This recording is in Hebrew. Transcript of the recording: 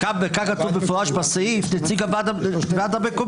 וכאן כתוב במפורש בסעיף: נציג הוועד המקומי.